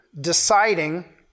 deciding